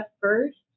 first